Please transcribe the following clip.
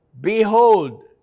behold